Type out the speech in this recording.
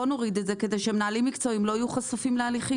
בואו נוריד את זה כדי שמנהלים מקצועיים לא יהיו חשופים להליכים.